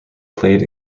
played